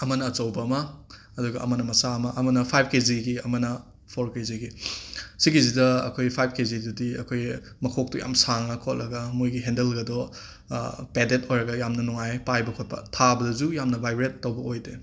ꯑꯃꯅ ꯑꯆꯧꯕ ꯑꯃ ꯑꯗꯨꯒ ꯑꯃꯅ ꯃꯆꯥ ꯑꯃ ꯑꯃꯅ ꯐꯥꯏꯞ ꯀꯦꯖꯤꯒꯤ ꯑꯃꯅ ꯐꯣꯔ ꯀꯦꯖꯤꯒꯤ ꯁꯤꯒꯤꯁꯤꯗ ꯑꯩꯈꯣꯏ ꯐꯥꯏꯞ ꯀꯦꯖꯤꯗꯨꯗꯤ ꯑꯩꯈꯣꯏ ꯃꯈꯣꯛꯇꯣ ꯌꯥꯝꯅ ꯁꯥꯡꯂ ꯈꯣꯠꯂꯒ ꯃꯣꯏꯒꯤ ꯍꯦꯟꯗꯜꯒꯗꯣ ꯄꯦꯗꯦꯠ ꯑꯣꯏꯔꯒ ꯌꯥꯝꯅ ꯅꯨꯡꯉꯥꯏ ꯄꯥꯏꯕ ꯈꯣꯠꯄ ꯊꯥꯕꯗꯁꯨ ꯌꯥꯝꯅ ꯕꯥꯏꯕ꯭ꯔꯦꯠ ꯇꯧꯕ ꯑꯣꯏꯗꯦ